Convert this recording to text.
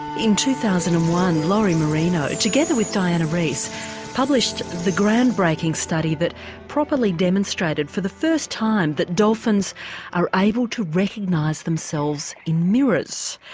in two thousand and one lori marino together with diana reiss published the ground breaking study that properly demonstrated for the first time that dolphins are able to recognise themselves in mirrors.